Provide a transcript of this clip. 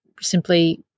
simply